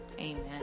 Amen